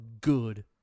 good